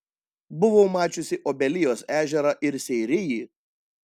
buvau mačiusi obelijos ežerą ir seirijį